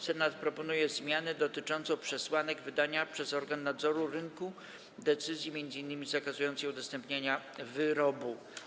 Senat proponuje zmianę dotyczącą przesłanek wydania przez organ nadzoru rynku decyzji m.in. zakazującej udostępniania wyrobu.